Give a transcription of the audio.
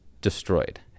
destroyed